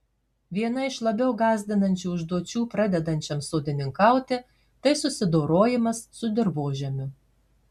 viena iš labiau gąsdinančių užduočių pradedančiam sodininkauti tai susidorojimas su dirvožemiu